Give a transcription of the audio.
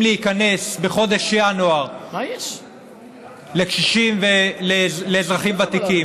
להיכנס בחודש ינואר לקשישים ולאזרחים ותיקים.